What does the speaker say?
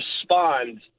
respond